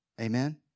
Amen